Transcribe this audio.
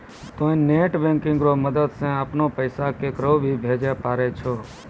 तोंय net banking रो मदद से अपनो पैसा केकरो भी भेजै पारै छहो